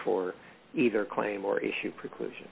for either claim or issue preclu